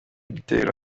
gitero